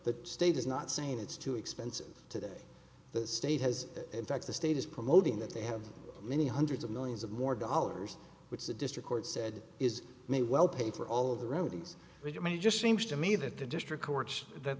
the state is not saying it's too expensive today the state has in fact the state is promoting that they have many hundreds of millions of more dollars which the district court said is may well pay for all of the roadies with money just seems to me that the district courts that